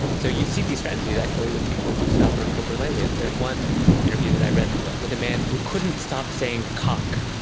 so you see these strategies actually with people who suffer coprolalia. there's one interview that i read with a man who couldn't stop saying cock,